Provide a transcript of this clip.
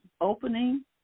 opening